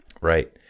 Right